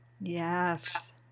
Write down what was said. Yes